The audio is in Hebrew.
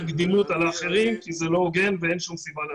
קדימות על האחרים כי זה לא הוגן ואין שום סיבה לעשות כך.